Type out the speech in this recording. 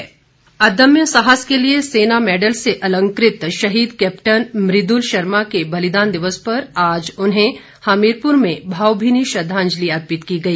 श्रद्वाजंलि अदम्य साहस के लिए सेना मैडल से अलंकृत शहीद कैप्टन मृदुल शर्मा के बलिदान दिवस पर आज उन्हें हमीरपुर में भवभीनी श्रद्वाजंलि अर्पित की गई